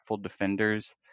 defenders